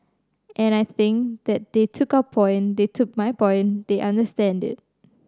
and I think that they took our point they took my point they understand it